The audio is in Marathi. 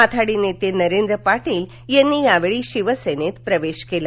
माथाडी नेते नरेंद्र पाटील यांनी यावेळी शिवसेनेत प्रवेश केला